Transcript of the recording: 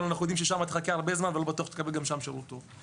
אבל אנחנו יודעים ששם תחכה הרבה זמן ולא בטוח שגם שם תקבל שירות טוב.